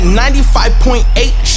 95.8